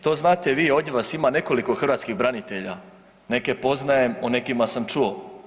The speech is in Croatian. To znate vi, ovdje vas ima nekoliko hrvatskih branitelja, neke poznajem, o nekima sam čuo.